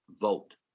vote